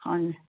हजुर